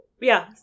yeah-